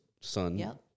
son